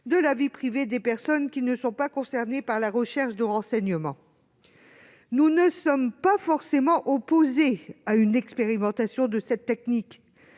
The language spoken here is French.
de la vie privée des personnes qui ne sont pas visées par la recherche de renseignements. Nous ne sommes pas forcément opposés à une expérimentation de cette technique